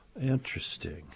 Interesting